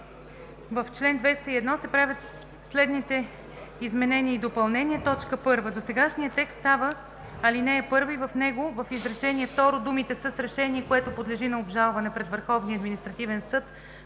В чл. 201 се правят следните изменения и допълнения: 1. Досегашният текст става ал. 1 и в него в изречение второ думите „с решение, което подлежи на обжалване пред Върховния административен съд